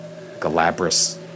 Galabras